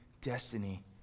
destiny